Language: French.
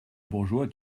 bourgeois